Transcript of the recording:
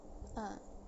uh